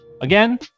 Again